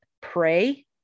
pray